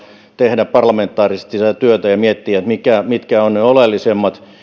tehdä parlamentaarisesti sitä työtä ja miettiä mitkä ovat ne oleellisimmat asiat